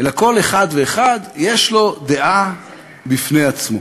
אלא כל אחד ואחד יש לו דעה בפני עצמו.